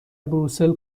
بروسل